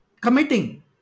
committing